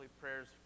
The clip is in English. prayers